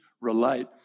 relate